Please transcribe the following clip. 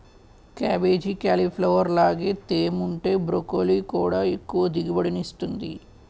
cabbage, cauliflower లాగే తేముంటే broccoli కూడా ఎక్కువ దిగుబడినిస్తుంది